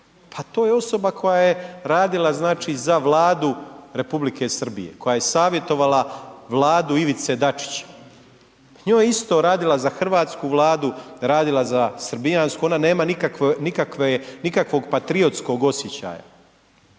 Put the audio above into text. Pa to je osoba koja je radila znači za Vladu Republike Srbije, koja je savjetovala Vladu Ivice Dačića, njoj je isto radila za Hrvatsku vladu, radila za srbijansku ona nema nikakvog patriotskog osjećaja,